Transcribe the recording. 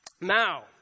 Now